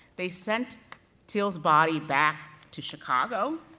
they sent till's body back to chicago,